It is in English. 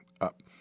up